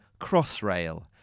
crossrail